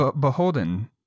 beholden